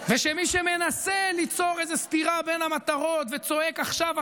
ושמי שמנסה ליצור סתירה בין המטרות וצועק: עכשיו,